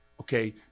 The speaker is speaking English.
Okay